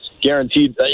guaranteed